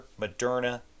Moderna